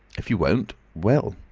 if you won't well!